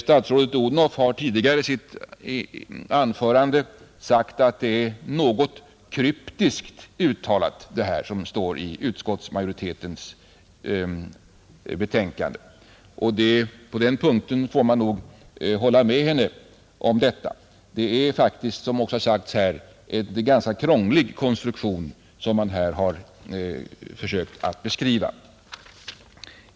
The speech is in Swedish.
Statsrådet Odhnoff har tidigare i sitt anförande sagt att det som står i utskottsmajoritetens betänkande är något kryptiskt uttalat. På den punkten får man hålla med henne. Det är faktiskt som också sagts här en ganska krånglig konstruktion som man här försökt beskriva.